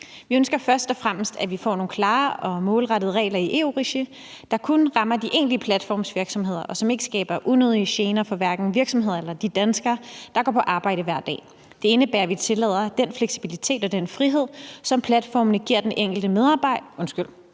»Vi ønsker først og fremmest, at vi får nogle klare og målrettede regler i EU-regi, der kun rammer de egentlige platformsvirksomheder, og som ikke skaber unødige gener for hverken virksomheder eller de danskere, der går på arbejde hver dag. Det indebærer, at vi tillader den fleksibilitet og den frihed, som platformene giver for den enkelte, samtidigt med